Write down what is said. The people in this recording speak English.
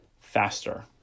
faster